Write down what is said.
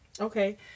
Okay